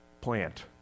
plant